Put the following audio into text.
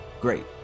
great